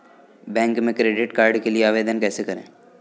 Bank में credit card के लिए आवेदन कैसे करें?